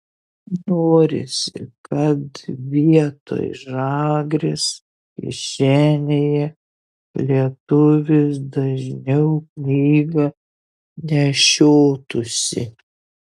norisi kad vietoj žagrės kišenėje lietuvis dažniau knygą nešiotųsi